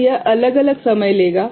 तो यह अलग अलग समय लेगा